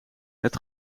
het